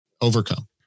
overcome